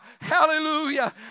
Hallelujah